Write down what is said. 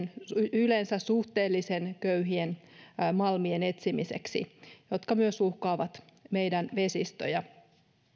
yleensä suhteellisen köyhien malmien etsimiseksi myös ne uhkaavat meidän vesistöjämme